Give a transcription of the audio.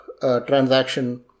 transaction